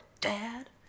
dad